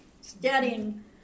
studying